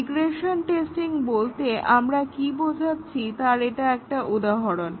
regression testing বলতে আমরা কি বোঝাচ্ছি তার এটা একটা উদাহরণ